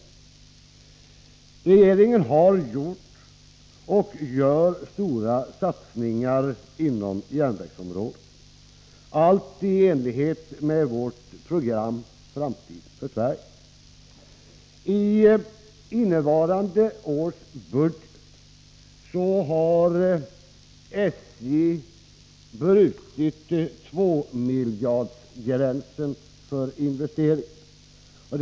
Regeringen har gjort och gör stora satsningar inom järnvägsområdet, allt i enlighet med vårt program, Framtid för Sverige. I innevarande års budget har SJ brutit tvåmiljardersgränsen i fråga om investeringar.